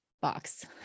box